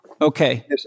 Okay